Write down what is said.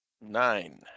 Nine